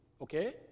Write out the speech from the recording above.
okay